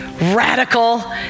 radical